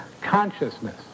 consciousness